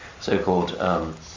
so-called